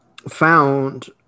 found